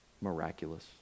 miraculous